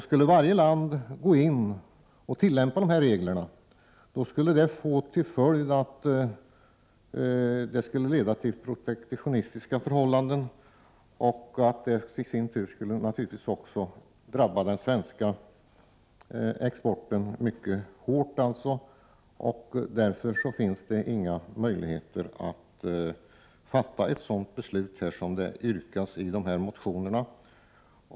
Skulle varje land gå in och tillämpa dessa regler skulle det leda till protektionistiska förhållanden. Det skulle i sin tur naturligtvis drabba den svenska exporten mycket hårt. Det finns därför ingen möjlighet att här fatta ett sådant beslut, som det yrkas på i dessa motioner.